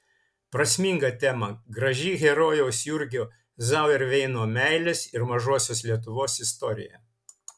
prasminga tema graži herojaus jurgio zauerveino meilės ir mažosios lietuvos istorija